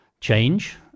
change